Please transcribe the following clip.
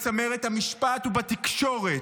בצמרת המשפט ובתקשורת.